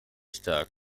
stark